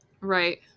Right